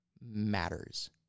matters